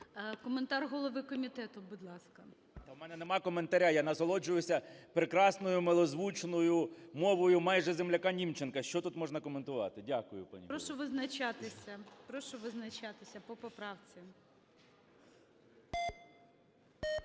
Коментар голови комітету, будь ласка. 17:42:26 КНЯЖИЦЬКИЙ М.Л. У мене нема коментаря, я насолоджуюся прекрасною, милозвучною мовою майже земляка Німченка. Що тут можна коментувати? Дякую. ГОЛОВУЮЧИЙ. Прошу визначатися по поправці.